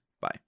Bye